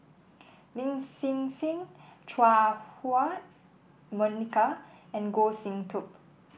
Lin Hsin Hsin Chua Ah Huwa Monica and Goh Sin Tub